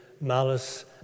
malice